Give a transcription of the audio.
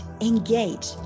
engage